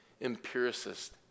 empiricist